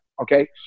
Okay